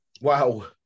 Wow